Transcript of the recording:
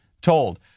told